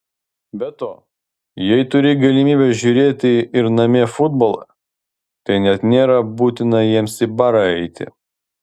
be to jei turi galimybę žiūrėti ir namie futbolą tai net nėra būtina jiems į barą eiti